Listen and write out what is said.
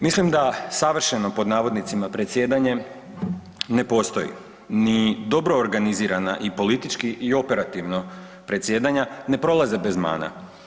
Mislim da savršeno pod navodnicima predsjedanjem ne postoji ni dobro organizirana i politički i operativno predsjedanja ne prolaze bez mana.